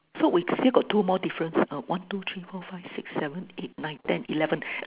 so we still got two more difference err one two three four five six seven eight nine ten eleven